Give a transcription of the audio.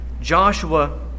Joshua